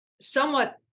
somewhat